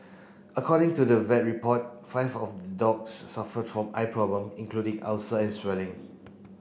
according to the vet report five of the dogs suffered from eye problem including ulcer and swelling